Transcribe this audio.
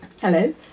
Hello